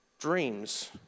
dreams